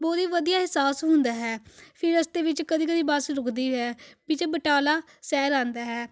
ਬਹੁਤ ਹੀ ਵਧੀਆ ਅਹਿਸਾਸ ਹੁੰਦਾ ਹੈ ਫਿਰ ਇਸ ਦੇ ਵਿੱਚ ਕਦੀ ਕਦੀ ਬੱਸ ਰੁਕਦੀ ਵੀ ਹੈ ਵਿਚ ਬਟਾਲਾ ਸ਼ਹਿਰ ਆਉਂਦਾ ਹੈ